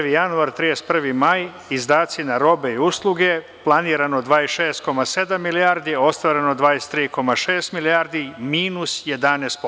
Prvi januar, 31. maj – izdaci na robe i usluge, planirano 26,7 milijardi, a ostvareno 23,6 milijardi, minus 11%